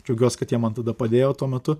džiaugiuos kad jie man tada padėjo tuo metu